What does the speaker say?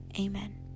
Amen